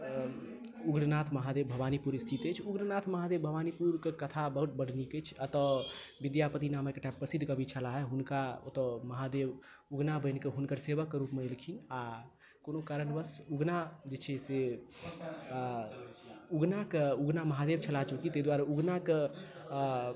उग्रनाथ महादेव भवानीपुर स्थित अछि उग्रनाथ महादेव भवानीपुरके कथा बहुत बड्ड नीक अछि एतय विद्यापति नामक एकटा प्रसिद्ध कवि छलाहे हुनका ओतय महादेव उगना बनि कऽ हुनकर सेवकके रूपमे एलखिन आ कोनो कारणवश उगना जे छै से उगनाके उगना महादेव छलाह चूँकि ताहि द्वारे उगनाके